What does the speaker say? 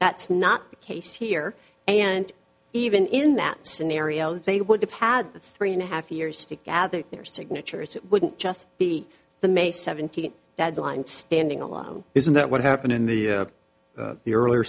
that's not the case here and even in that scenario they would have had three and a half years to gather their signatures it wouldn't just be the may seventeenth deadline standing alone isn't that what happened in the the earlier